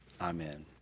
amen